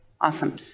Awesome